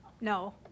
No